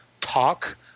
talk